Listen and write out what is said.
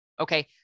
Okay